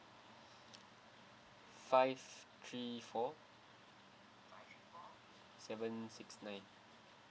five three four seven six nine